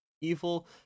evil